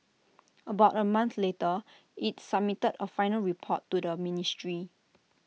about A month later IT submitted A final report to the ministry